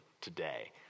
today